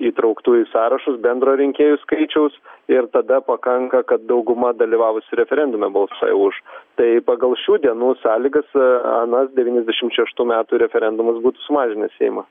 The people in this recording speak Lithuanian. įtrauktų į sąrašus bendro rinkėjų skaičiaus ir tada pakanka kad dauguma dalyvavusių referendume balsuoja už tai pagal šių dienų sąlygas anas devyniasdešimt šeštų metų referendumas būtų sumažinęs seimą